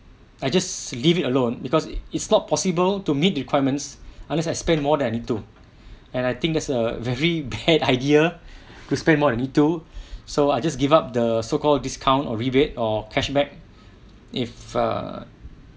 I just leave it alone because is is not possible to meet requirements unless I spend more than I need too and I think there's a very bad idea to spend more than I need to so I just give up the so called discount or rebate or cash back if err